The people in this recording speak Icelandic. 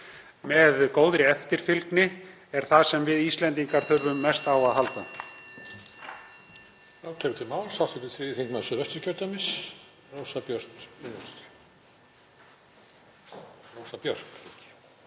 með góðri eftirfylgni er það sem við Íslendingar þurfum mest á að halda.